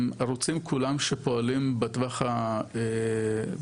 הם ערוצים כולם שפועלים בטווח הארוך,